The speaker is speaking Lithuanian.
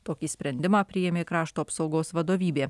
tokį sprendimą priėmė krašto apsaugos vadovybė